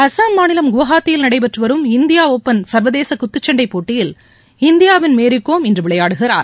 அஸ்ஸாம் மாநிலம் குவஹாத்தியில் நடைபெற்று வரும் இந்தியா ஒபன் சர்வதேச குத்துச்சன்டைப் போட்டியில் இந்தியாவின் மேரி கோம் இன்று விளையாடுகிறார்